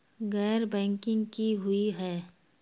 गैर बैंकिंग की हुई है?